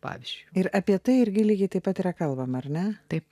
pavyzdžiui ir apie tai irgi lygiai taip pat yra kalbama ar ne taip